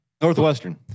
Northwestern